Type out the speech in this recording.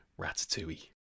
ratatouille